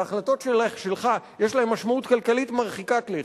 והחלטות שלך יש להן משמעות כלכלית מרחיקת לכת,